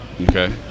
Okay